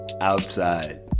outside